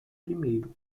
primeiro